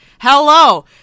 Hello